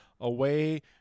away